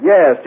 Yes